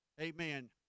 amen